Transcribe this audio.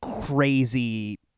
crazy